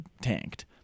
tanked